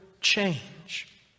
change